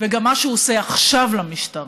וגם מה שהוא עושה עכשיו למשטרה.